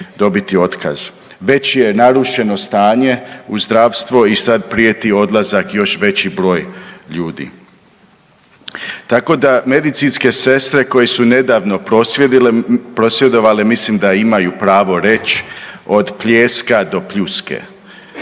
dobiti otkaz. Već je narušeno stanje u zdravstvo i sad prijeti odlazak još veći broj ljudi. Tako da medicinske sestre koje su nedavno prosvjedovale mislim da imaju pravo reć od pljeska do pljuske